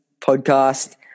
podcast